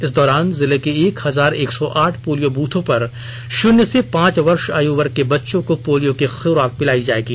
इस दौरान जिले के एक हजार एक सौ आठ पोलियो बूथों पर शून्य से पांच वर्ष आयु वर्ग के बच्चों को पोलियो की खुराक पिलाई जायेगी